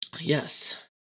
Yes